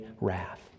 wrath